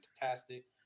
fantastic